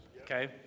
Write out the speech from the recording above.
Okay